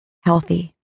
healthy